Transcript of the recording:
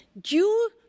due